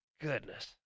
Goodness